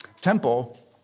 temple